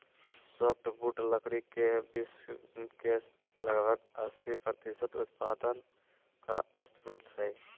softwood लकड़ी के विश्व के लगभग अस्सी प्रतिसत उत्पादन का स्रोत हइ